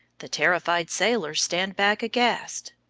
the terrified sailors stand back aghast.